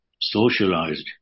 socialized